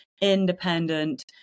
independent